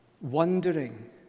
wondering